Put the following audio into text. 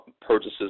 purchases